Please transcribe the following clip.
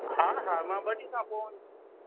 हा हा मां ॿ ॾींहं खां पोइ